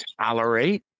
tolerate